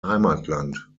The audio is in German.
heimatland